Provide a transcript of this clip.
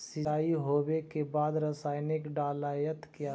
सीचाई हो बे के बाद रसायनिक डालयत किया?